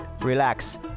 relax